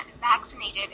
vaccinated